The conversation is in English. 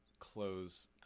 close